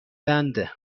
بنده